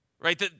Right